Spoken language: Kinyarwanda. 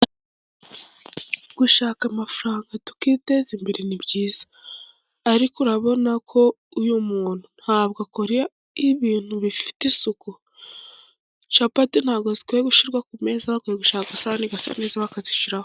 Gushaka amafaranga tukiteza imbere ni byiza, ariko urabona ko uyu muntu ntabwo akora ibintu bifite isuku, capati ntabwo zikwiye gushyirwa ku meza, bakwiye gushaka isahane isa neza bakazishyiraho.